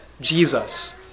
Jesus